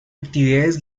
actividades